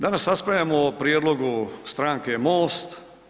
Danas raspravljamo o prijedlogu stranke MOST.